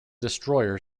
destroyer